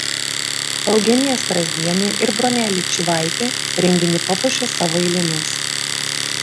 eugenija strazdienė ir bronelė čyvaitė renginį papuošė savo eilėmis